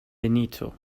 benito